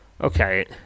Okay